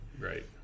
Right